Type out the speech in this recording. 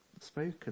spoken